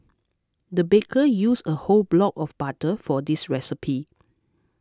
the baker used a whole block of butter for this recipe